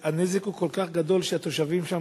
והנזק הוא כל כך גדול שהתושבים שם,